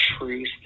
truth